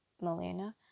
Melina